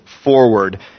Forward